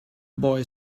boy